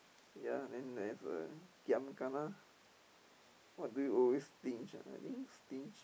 ya lah then they have uh giam kana what do you always stinge stinge stinge